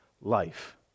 life